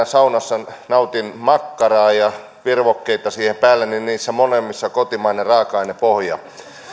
saunassa nautin makkaraa ja virvokkeita siihen päälle niin niissä molemmissa on kotimainen raaka ainepohja